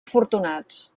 afortunats